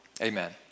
Amen